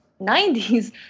90s